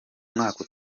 mwaka